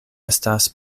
estas